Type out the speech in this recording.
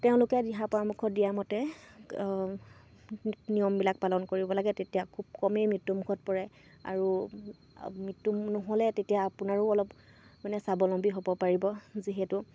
তেওঁলোকে দিহা পৰামৰ্শ দিয়া মতে নিয়মবিলাক পালন কৰিব লাগে তেতিয়া খুব কমেই মৃত্যুমুখত পৰে আৰু মৃত্যু নহ'লে তেতিয়া আপোনাৰো অলপ মানে স্বাৱলম্বী হ'ব পাৰিব যিহেতু